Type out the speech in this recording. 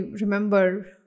remember